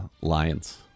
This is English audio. Lions